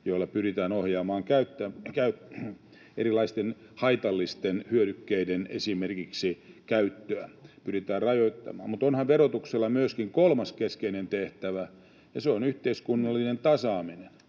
joilla pyritään ohjaamaan käyttöä, esimerkiksi erilaisten haitallisten hyödykkeiden käyttöä pyritään rajoittamaan. Mutta onhan verotuksella myöskin kolmas keskeinen tehtävä, ja se on yhteiskunnallinen tasaaminen,